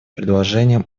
предложением